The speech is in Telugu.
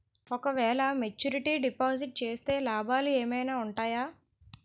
ఓ క వేల మెచ్యూరిటీ డిపాజిట్ చేస్తే లాభాలు ఏమైనా ఉంటాయా?